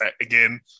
Again